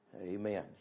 Amen